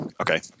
okay